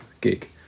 gig